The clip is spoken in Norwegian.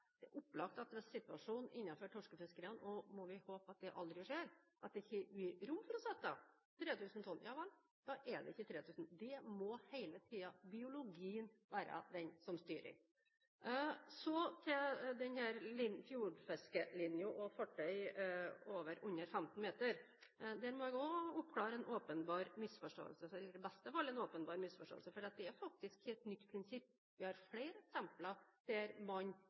er innenfor dette området. Når det gjelder situasjonen innen torskefiskeriene: Vi må håpe at det aldri skjer – at det ikke blir rom for å sette av 3 000 tonn. Det må hele tiden være biologien som styrer dette. Så til dette med fiske innenfor fjordlinja og fartøy over/under 15 meter. Også her må jeg oppklare det som i beste fall er en åpenbar misforståelse. Dette er faktisk ikke et nytt prinsipp. Vi har flere eksempler på at man